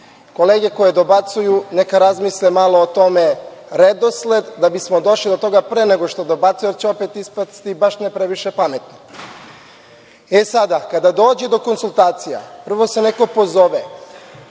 Kolege koje dobacuju neka razmisle malo o tom redosledu, da bismo došli do toga pre nego što dobacuje jer će opet ispasti baš ne previše pametni. Sada, kada dođe do konsultacija, prvo se neko pozove.